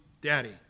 daddy